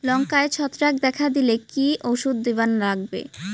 লঙ্কায় ছত্রাক দেখা দিলে কি ওষুধ দিবার লাগবে?